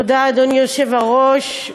אדוני היושב-ראש,